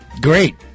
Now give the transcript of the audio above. Great